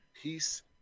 Peace